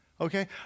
okay